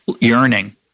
yearning